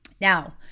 Now